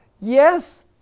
yes